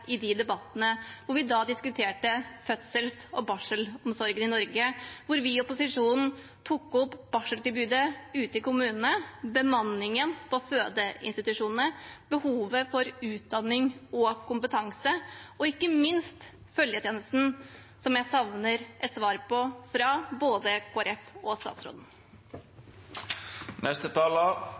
i de debattene, hvor vi da diskuterte fødsels- og barselomsorgen i Norge, og hvor vi i opposisjonen tok opp barseltilbudet ute i kommunene, bemanningen på fødeinstitusjonene, behovet for utdanning og kompetanse og ikke minst følgetjenesten, som jeg savner et svar på fra både Kristelig Folkeparti og statsråden.